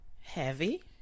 Heavy